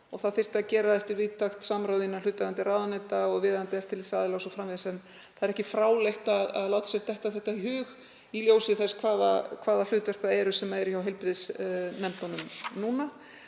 og það þyrfti að gera það eftir víðtækt samráð innan hlutaðeigandi ráðuneyta og viðeigandi eftirlitsaðila o.s.frv. En það er ekki fráleitt að láta sér detta þetta í hug í ljósi þess hvaða hlutverk það eru sem eru hjá heilbrigðisnefndunum núna.